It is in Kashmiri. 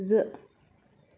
زٕ